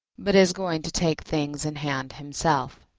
but is going to take things in hand himself.